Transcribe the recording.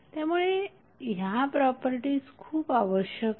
त्यामुळे या प्रॉपर्टीज खूप आवश्यक आहेत